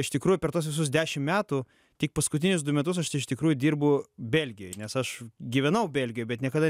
iš tikrųjų per tuos visus dešim metų tik paskutinius du metus aš iš tikrųjų dirbu belgijoj nes aš gyvenau belgijoj bet niekada